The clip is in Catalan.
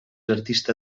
artista